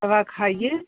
दवा खाइए